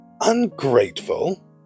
ungrateful